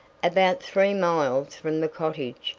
about three miles from the cottage,